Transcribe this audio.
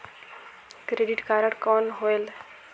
Credit card कौन होएल?